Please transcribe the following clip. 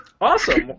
Awesome